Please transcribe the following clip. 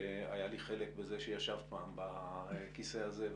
שהיה לי חלק בזה שישבת פעם בכיסא הזה,